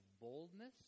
boldness